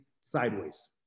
sideways